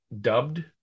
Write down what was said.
dubbed